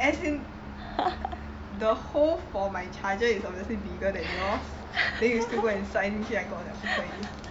as in the hole for my charger is obviously bigger than yours then you still go and 塞进去还跟我讲不可以